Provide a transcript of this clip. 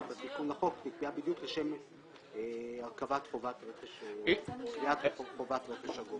בתיקון לחוק נקבעה בדיוק לשם קביעת חובת רכש הגומלין.